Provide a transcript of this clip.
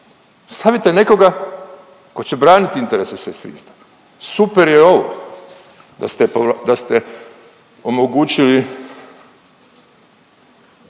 Stavite nekoga tko će braniti interese sestrinstva, super je ovo da ste omogućili